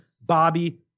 Bobby